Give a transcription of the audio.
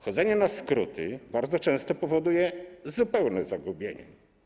Chodzenie na skróty bardzo często powoduje zupełne zagubienie.